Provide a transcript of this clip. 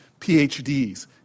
PhDs